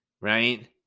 right